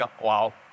Wow